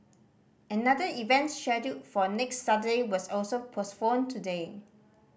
another event scheduled for next Saturday was also postponed today